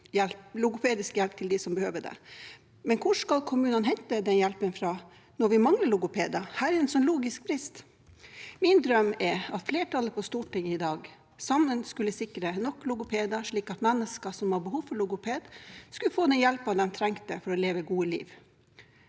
logopedisk hjelp til dem som behøver det, men hvor skal kommunene hente den hjelpen fra når vi mangler logopeder? Her er det en logisk brist. Min drøm er at flertallet på Stortinget i dag skal sikre nok logopeder, slik at mennesker som har behov for logoped, får den hjelpen de trenger for å leve et godt liv.